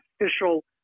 official